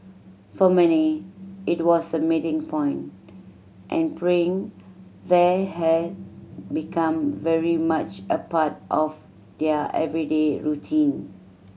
for many it was a meeting point and praying there had become very much a part of their everyday routine